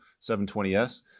720S